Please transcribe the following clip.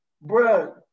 bro